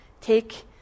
Take